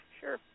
Sure